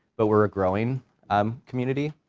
but we're a growing um community,